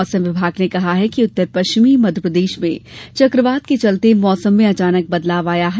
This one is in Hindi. मौसम विभाग ने कहा है कि उत्तर पश्चिमी मध्यप्रदेश में चकवात के चलते मौसम में अचानक बदलाव आया है